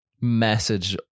message